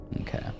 Okay